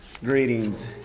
Greetings